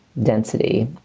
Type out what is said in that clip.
density,